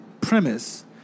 premise